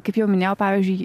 kaip jau minėjau pavyzdžiui